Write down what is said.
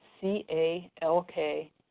C-A-L-K